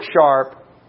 sharp